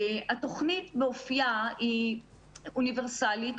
התוכנית באופייה היא אוניברסאלית,